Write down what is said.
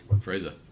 Fraser